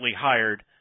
hired